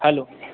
hello